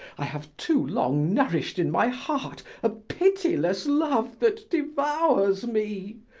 i have too long nourished in my heart a pitiless love that devours me.